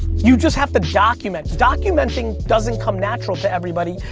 you just have to document. documenting doesn't come natural to everybody,